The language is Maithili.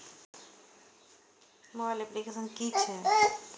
मोबाइल अप्लीकेसन कि छै?